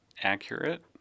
accurate